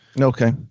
Okay